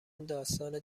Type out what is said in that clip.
داستان